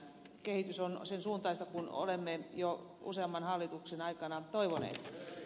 kehitys on sen suuntaista kuin olemme jo useamman hallituksen aikana toivoneet